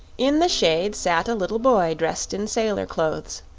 in the shade sat a little boy dressed in sailor clothes,